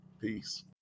Peace